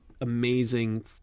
amazing